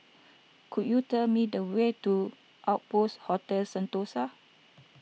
could you tell me the way to Outpost Hotel Sentosa